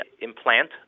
implant